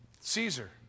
Caesar